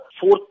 fourth